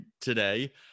today